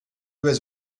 was